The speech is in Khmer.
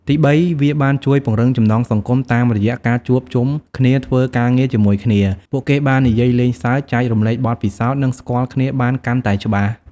ទីបី វាបានជួយ ពង្រឹងចំណងសង្គម តាមរយៈការជួបជុំគ្នាធ្វើការងារជាមួយគ្នា ពួកគេបាននិយាយលេងសើច ចែករំលែកបទពិសោធន៍ និងស្គាល់គ្នាបានកាន់តែច្បាស់។